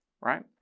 Right